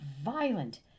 violent